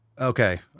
Okay